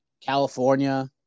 California